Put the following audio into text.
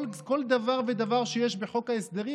כל דבר ודבר שיש בחוק ההסדרים,